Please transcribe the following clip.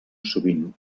sovint